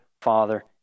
father